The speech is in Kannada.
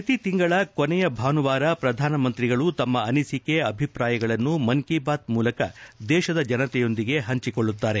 ಪ್ರತಿ ತಿಂಗಳ ಕೊನೆಯ ಭಾನುವಾರ ಪ್ರಧಾನಮಂತ್ರಿಗಳು ತಮ್ನ ಅನಿಸಿಕೆ ಅಭಿಪ್ರಾಯಗಳನ್ನು ಮನ್ ಕಿ ಬಾತ್ ಮೂಲಕ ದೇಶದ ಜನತೆಯೊಂದಿಗೆ ಹಂಚಿಕೊಳ್ಳುತ್ತಾರೆ